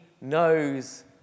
knows